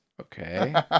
Okay